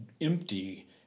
empty